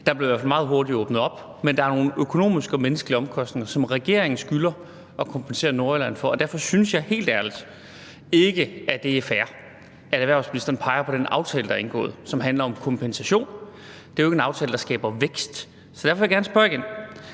i hvert fald meget hurtigt åbnet op, men der er nogle økonomiske og menneskelige omkostninger, som regeringen skylder at kompensere Nordjylland for. Derfor synes jeg helt ærligt ikke, at det er fair, at erhvervsministeren peger på den aftale, der er indgået, og som handler om kompensation. Det er jo ikke en aftale, der skaber vækst. Derfor vil jeg gerne spørge igen: